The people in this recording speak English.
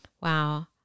Wow